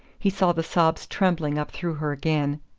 he saw the sobs trembling up through her again.